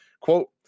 Quote